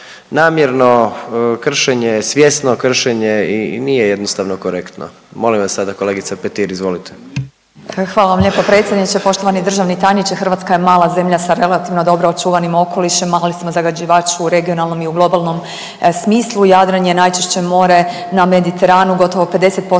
namjerno kršenje, svjesno kršenje i nije jednostavno korektno. Molim vas sada kolegica Petir, izvolite. **Petir, Marijana (Nezavisni)** Hvala vam lijepa predsjedniče. Poštovani državni tajniče, Hrvatska je mala zemlja sa relativno dobro očuvanim okolišima, ali smo zagađivači u regionalnom i u globalnom smislu. Jadran je najčišće more na Mediteranu, gotovo 50%